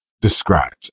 describes